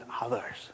others